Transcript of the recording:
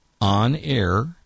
on-air